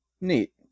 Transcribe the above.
Neat